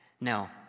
No